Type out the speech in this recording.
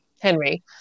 Henry